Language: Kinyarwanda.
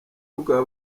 bukaba